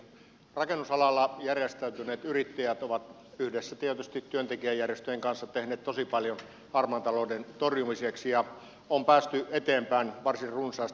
rakennusalalla järjestäytyneet yrittäjät ovat tietysti yhdessä työntekijäjärjestöjen kanssa tehneet tosi paljon harmaan talouden torjumiseksi ja on päästy eteenpäin varsin runsaasti